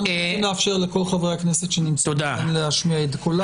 אנחנו צריכים לאפשר לכל חברי הכנסת שנמצאים להשמיע את קודם.